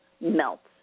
melts